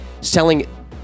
selling